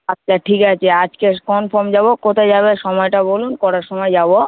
আচ্ছা ঠিক আছে আজকের কনফার্ম যাবো কোথায় যাবে সময়টা বলুন কটার সময় যাবো